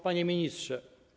Panie Ministrze!